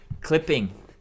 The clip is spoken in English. Clipping